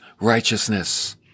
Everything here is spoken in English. righteousness